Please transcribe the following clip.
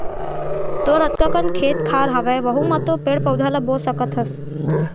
तोर अतका कन खेत खार हवय वहूँ म तो पेड़ पउधा ल बो सकत हस